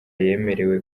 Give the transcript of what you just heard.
yemerewe